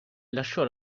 lasciò